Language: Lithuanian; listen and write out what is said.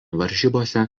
varžybose